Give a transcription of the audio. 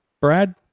Brad